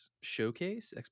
showcase